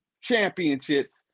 championships